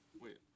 Wait